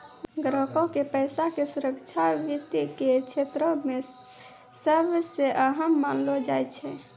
ग्राहको के पैसा के सुरक्षा वित्त के क्षेत्रो मे सभ से अहम मानलो जाय छै